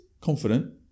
confident